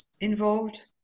involved